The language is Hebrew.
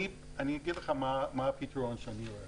אני אגיד לך מה הפתרון שאני רואה,